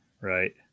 Right